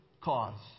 cause